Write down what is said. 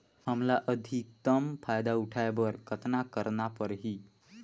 हमला अधिकतम फायदा उठाय बर कतना करना परही?